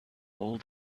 all